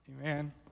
amen